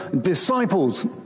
disciples